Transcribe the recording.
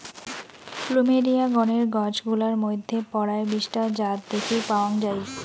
plumeria গণের গছ গুলার মইধ্যে পরায় বিশ টা জাত দ্যাখির পাওয়াং যাই